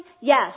Yes